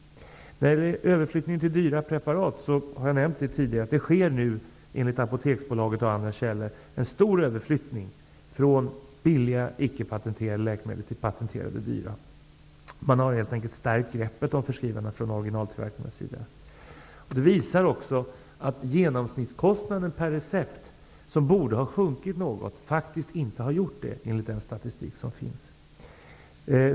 När det gäller överflyttningen till dyra preparat har jag tidigare nämnt att det nu enligt Apoteksbolaget och andra källor sker en stor överflyttning från billiga icke-patenterade till dyra patenterade läkemedel. Man har helt enkelt från originaltillverkarnas sida stärkt greppet om förskrivarna. Det visar också att genomsnittskostnaden per recept, som borde ha sjunkit något, faktiskt inte har gjort det -- enligt den statistik som finns.